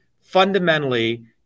fundamentally